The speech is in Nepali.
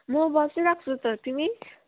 म बसिरहेको छु त तिमी